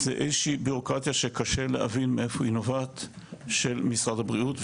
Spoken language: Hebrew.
זו איזושהי בירוקרטיה שקשה להבין מאיפה היא נובעת של משרד הבריאות,